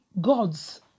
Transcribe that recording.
gods